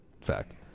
fact